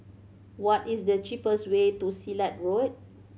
what is the cheapest way to Silat Road